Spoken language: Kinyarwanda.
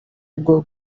bwo